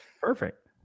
Perfect